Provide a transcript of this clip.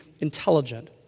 intelligent